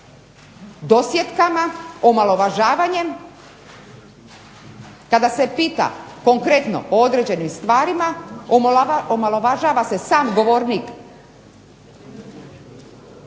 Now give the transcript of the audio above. Dosjetkama, omalovažavanjem, kada se pita konkretno o određenim stvarima omalovažava se sam govornik,